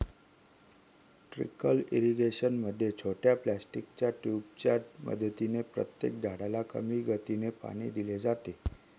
trickle irrigation मध्ये छोट्या प्लास्टिकच्या ट्यूबांच्या मदतीने प्रत्येक झाडाला कमी गतीने पाणी दिले जाते